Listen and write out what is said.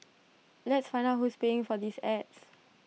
let's find out who's paying for these ads